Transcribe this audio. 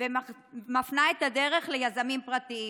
ומפנה את הדרך ליזמים פרטיים.